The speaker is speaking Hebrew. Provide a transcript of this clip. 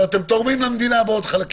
אתם תורמים למדינה בעוד חלקים.